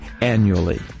annually